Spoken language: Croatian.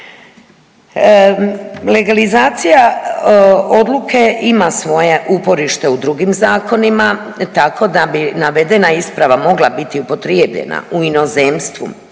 Legalizacija odluke ima svoje uporište u drugim zakonima tako da bi navedena isprava mogla biti upotrijebljena u inozemstvu